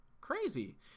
Crazy